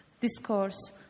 discourse